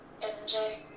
MJ